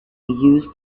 use